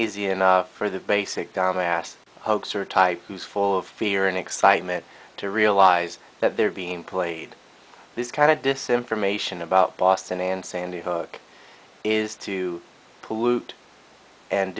easy enough for the basic dom asked hoaxer type who's for fear and excitement to realize that they're being played this kind of decision from ation about boston and sandy hook is to pollute and